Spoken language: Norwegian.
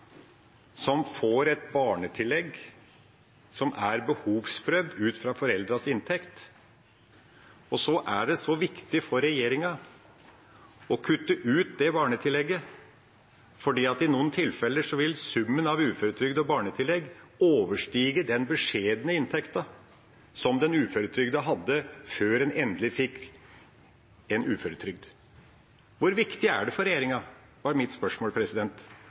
som får et barnetillegg som er behovsprøvd ut fra foreldrenes inntekt. Og så er det så viktig for regjeringa å kutte ut det barnetillegget, fordi summen av uføretrygd og barnetillegg i noen tilfeller vil overstige den beskjedne inntekten som den uføretrygdede hadde før han eller hun endelig fikk uføretrygd. Hvor viktig er det for regjeringa – det var mitt spørsmål